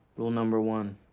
rule number one,